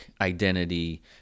identity